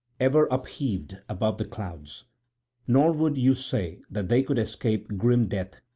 ever upheaved above the clouds nor would you say that they could escape grim death,